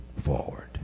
forward